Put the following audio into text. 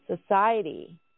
society